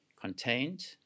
contained